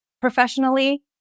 professionally